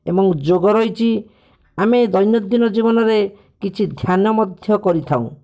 ଏବଂ ଯୋଗ ରହିଛି ଆମେ ଦୈନନ୍ଦିନ ଜୀବନରେ କିଛି ଧ୍ୟାନ ମଧ୍ୟ କରିଥାଉ